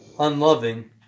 Unloving